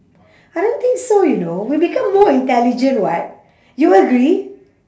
I don't think so you know we become more intelligent [what] you agree